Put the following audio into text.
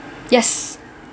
yes